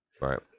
Right